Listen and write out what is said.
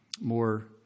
more